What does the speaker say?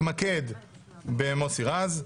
ואתה מתמקד במוסי רז,